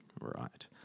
Right